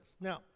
Now